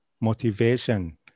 motivation